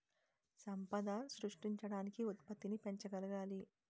సంపద సృష్టించడానికి ఉత్పత్తిని పెంచగలగాలి